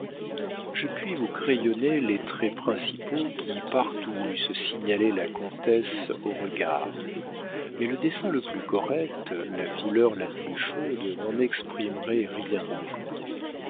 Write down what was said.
je puis vous crayonner les traits principaux qui partout eussent signalé la comtesse aux regards mais le dessin le plus correct la couleur la plus chaude n'en exprimeraient rien encore